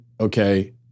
Okay